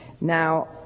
Now